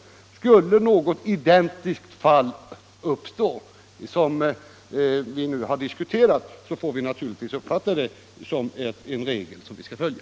Skulle något identiskt fall som det här diskuterade uppstå får vi naturligtvis uppfatta regeringsbeslutet som en regel som vi skall följa.